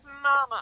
mama